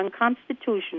unconstitutional